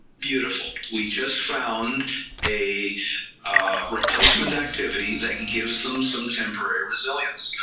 beautiful, we just found a replacement activity that gives them some temporary resilience,